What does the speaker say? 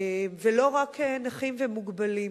ולא רק נכים ומוגבלים.